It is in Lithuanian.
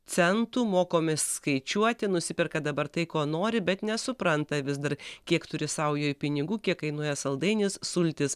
centų mokomės skaičiuoti nusiperka dabar tai ko nori bet nesupranta vis dar kiek turi saujoj pinigų kiek kainuoja saldainis sultys